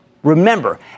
Remember